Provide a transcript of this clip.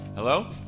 Hello